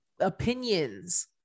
opinions